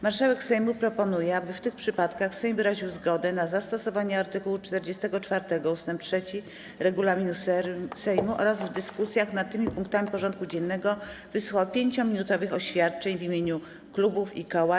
Marszałek Sejmu proponuje, aby w tych przypadkach Sejm wyraził zgodę na zastosowanie art. 44 ust. 3 regulaminu Sejmu oraz w dyskusjach nad tymi punktami porządku dziennego wysłuchał 5-minutowych oświadczeń w imieniu klubów i koła.